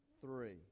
three